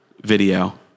video